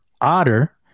otter